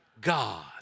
God